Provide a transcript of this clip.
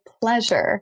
pleasure